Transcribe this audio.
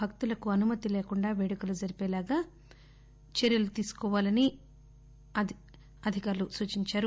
భక్తులకు అనుమతి లేకుండా పేడుకలు జరిపేలా చర్యలు తీసుకోవాలని అధికారులకు సూచించారు